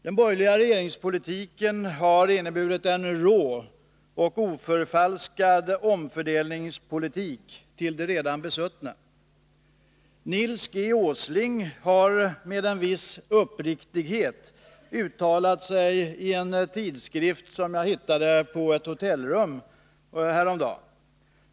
Den borgerliga regeringspolitiken har inneburit en rå och oförfalskad omfördelningspolitik till förmån för de redan besuttna. Nils G. Åsling har med en viss uppriktighet uttalat sig i en tidskrift som jag hittade på ett hotellrum häromdagen.